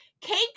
cake